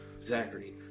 Zachary